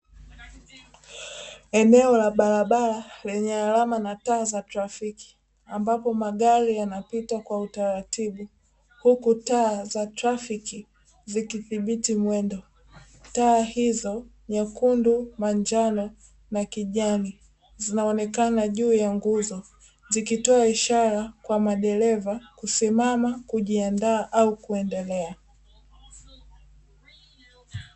Eneo la barabara lenye alama na taa za trafiki, ambapo magari yanapita kwa utaratibu huku taa za trafiki zikidhibiti mwendo. Taa hizo nyekundu, manjano na kijani zinaonekana juu ya nguzo, zikitoa ishara kwa madereva kusimama, kujiandaa au kuendelea.